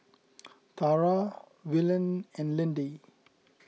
Tara Willene and Lindy